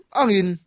angin